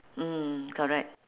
mm correct